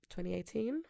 2018